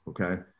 Okay